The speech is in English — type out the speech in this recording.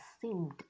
seemed